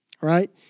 right